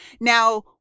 Now